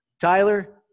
Tyler